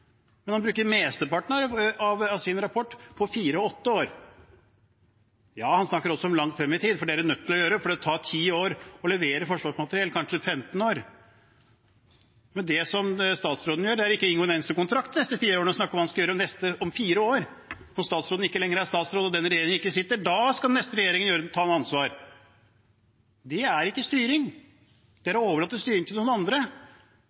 Men han bruker mesteparten av sin rapport på fire og åtte år. Ja, han snakker også om langt frem i tid, for det er man nødt til å gjøre, for det tar ti år å levere forsvarsmateriell, kanskje 15 år. Men det som statsråden gjør, er ikke å inngå en eneste kontrakt de neste fire årene og snakker om hva han skal gjøre om fire år. Når statsråden ikke lenger er statsråd og denne regjeringen ikke sitter, da skal neste regjering ta ansvar. Det er ikke styring. Det er å overlate styringen til noen andre.